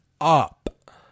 up